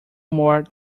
more